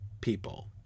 people